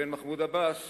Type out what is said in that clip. לבין מחמוד עבאס